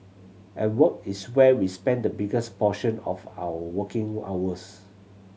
and work is where we spend the biggest portion of our waking hours